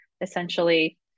essentially